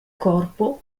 corpo